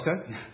Okay